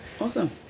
Awesome